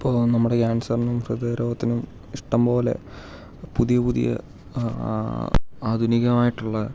ഇപ്പോൾ നമ്മുടെ ക്യാൻസറിനും ഹൃദയരോഗത്തിനും ഇഷ്ടംപോലെ പുതിയ പുതിയ ആധുനികമായിട്ടുള്ള